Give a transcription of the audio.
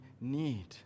need